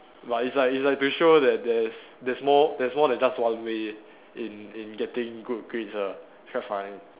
but it's like it's like to show that there is there's more there's more than just one way in in getting good grades ah quite funny